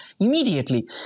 immediately